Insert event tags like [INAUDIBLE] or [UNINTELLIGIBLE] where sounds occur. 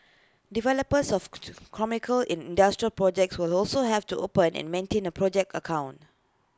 developers of [UNINTELLIGIBLE] commercial in industrial projects will also have to open and maintain A project account